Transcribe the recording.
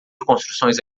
construções